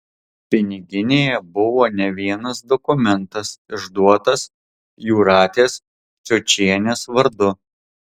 piniginėje buvo ne vienas dokumentas išduotas jūratės čiočienės vardu